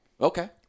Okay